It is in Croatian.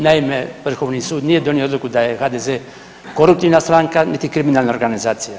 Naime, Vrhovni sud nije donio odluku da je HDZ koruptivna stranka niti kriminalna organizacija.